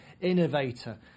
innovator